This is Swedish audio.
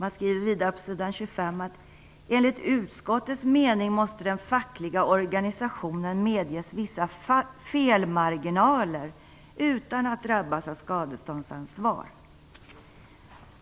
På sidan 25 skriver man vidare: "Enligt utskottets mening måste den fackliga organisationen medges vissa felmarginaler utan att drabbas av skadeståndsansvar.